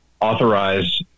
authorize